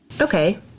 Okay